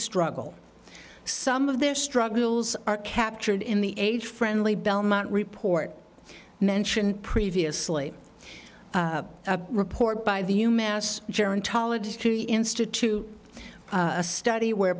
struggle some of their struggles are captured in the age friendly belmont report mentioned previously a report by the you mass gerontology institute a study where